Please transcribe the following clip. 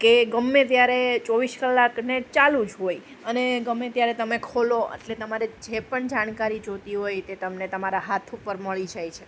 કે ગમે ત્યારે ચોવીસ ક્લાક નેટ ચાલુ જ હોય અને ગમે ત્યારે તમે ખોલો અટલે તમારે જે પણ જાણકારી જોઈતી હોય તે તમને તમારા હાથ ઉપર મળી જાય છે